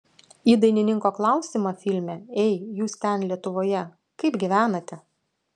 į dainininko klausimą filme ei jūs ten lietuvoje kaip gyvenate